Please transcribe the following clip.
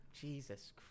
Jesus